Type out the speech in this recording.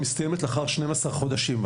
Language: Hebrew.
מסיימת לאחר 12 חודשים.